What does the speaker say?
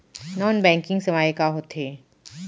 non banking सेवाएं का होथे